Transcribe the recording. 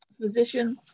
physician